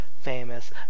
famous